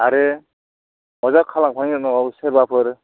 आरो मजा खालाम खांनायनि उनाव सोरबाफोर